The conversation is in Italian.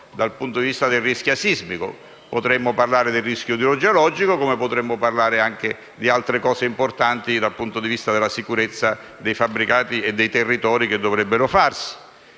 dal punto di vista del rischio sismico. Potremmo parlare del rischio idrogeologico, come potremmo parlare anche di altre cose importanti dal punto di vista della sicurezza dei fabbricati e dei territori da ricostruire.